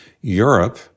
Europe